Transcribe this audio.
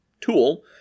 tool